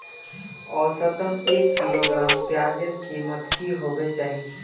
औसतन एक किलोग्राम प्याजेर कीमत की होबे चही?